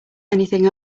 anything